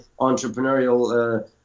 entrepreneurial